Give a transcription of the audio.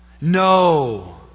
No